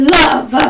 love